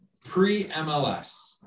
pre-MLS